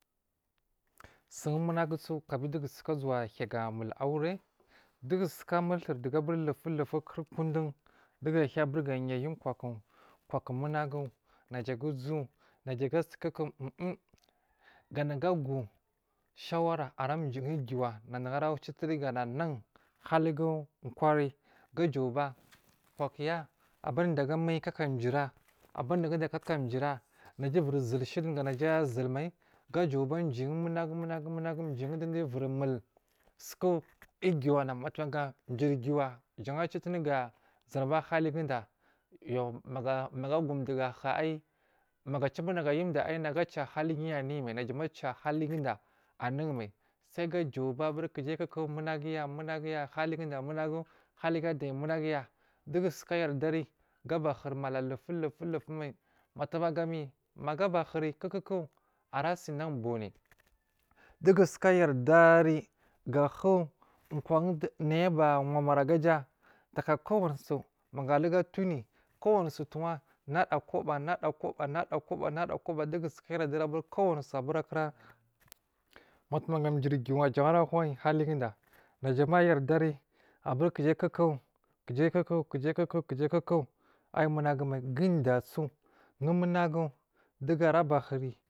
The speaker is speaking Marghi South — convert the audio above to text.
Sun munagusu kafin dugu suka suwa hiya ga mul aure dugu suka mun tor dugu aburi lufu lufu kur kurkudun dugu hiya aburiga yayu kwaku, kwaku munagu naja a ga uzu naja a asukuku um um kanaga a gu shawara a ra jiyi giwa nadan ara citini garanan haligu kwari ga jan ba kwakuya a baridagu ammai kaka jurira abari daguda kaka jiyira naja uviri sul shili duga naja aya sul mai ga jan ba juyi munagu munagu dowoduwodau viri mul suku matuma ga juyiri giwa jan a ciwotiri ga zanba haligu da yu maga agudowo gahu ayi maga a ciwo aburi nagu ayu dowo naja a ca haliguda anun mai nagu a ca haliguyi anuyi mai sai ga jau ba abu kuku munaguyi managuyu haligu a dai munaguya dugu suka yardai gaba huri mala lufu lufu mai magami maga abahuri kuku ara sinan bunne dugu suka yardari gahu kwan nayi aba wamari aga ja taka kowonisu maga aruga tuni kowami maga abahuri kuku ara sinan bunne dugu suka yardari gahu kwan nayi aba wamari aga ja takakowonisu maga aruga tuni kowani su towo wa nada koba nada koba nada koba dugu suka yardai aburi akura mutuma turi giwa jan hun ghaliguda najuma uyar dari aburi kujai kuku ku jai kuku ayi munagu guwodeya su womanagu dugu ara ba huri.